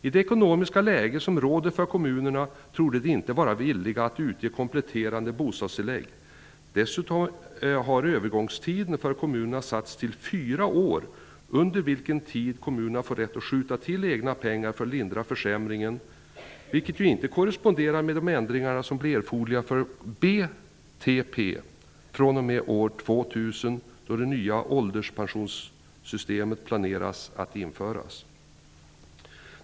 I det ekonomiska läge som råder för kommunerna torde de inte vara villiga att utge kompletterande bostadstillägg. Dessutom har övergångstiden, under vilken kommunerna får rätt att skjuta till egna pengar för att lindra försämringen, satts till fyra år, vilket inte korresponderar med de ändringar som blir erforderliga för BTP fr.o.m. år 2000, då det nya ålderspensionssystemet enligt planerna skall införas.